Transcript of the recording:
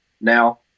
Now